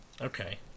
Okay